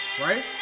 Right